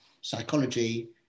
psychology